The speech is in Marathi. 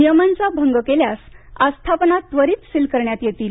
नियमांचा भंग केल्यास आस्थापना त्वरित सील करण्यात येतील